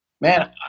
man